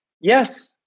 yes